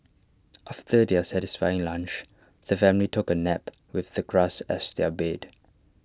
after their satisfying lunch the family took A nap with the grass as their bed